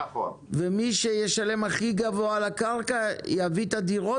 מי שישלם הכי גבוה על הקרקע יביא את הדירות,